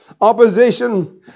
opposition